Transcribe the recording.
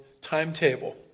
timetable